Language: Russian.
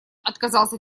отказался